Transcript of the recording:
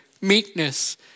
meekness